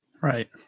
Right